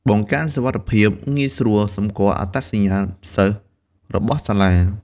បង្កើនសុវត្ថិភាព ងាយស្រួលសម្គាល់អត្តសញ្ញាណសិស្សរបស់សាលា។